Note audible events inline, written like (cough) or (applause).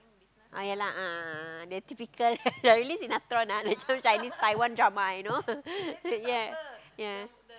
ah yeah lah a'ah a'ah they typical (laughs) like really sinetron ah like some Chinese Taiwan drama you know (laughs) yeah yeah